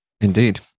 Indeed